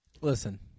listen